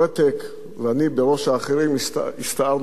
ואני בראש האחרים הסתערנו על המחבלים.